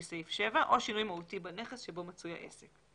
סעיף 7 או שינוי מהותי בנכס שבו מצוי העסק.